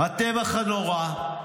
הטבח הנורא,